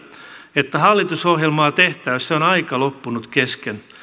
että hallitusohjelmaa tehtäessä on aika loppunut kesken